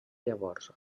llavors